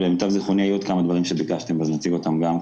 למיטב זיכרוני היו עוד כמה דברים שביקשתם ואציג אותם גם,